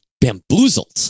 bamboozled